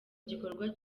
gikorwa